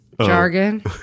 jargon